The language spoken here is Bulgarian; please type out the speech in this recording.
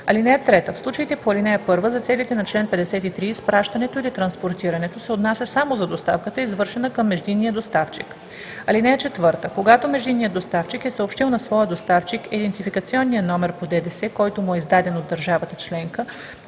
име. (3) В случаите по ал. 1, за целите на чл. 53 изпращането или транспортирането се отнася само за доставката, извършена към междинния доставчик. (4) Когато междинният доставчик е съобщил на своя доставчик идентификационния номер по ДДС, който му е издаден от държавата членка,